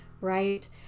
right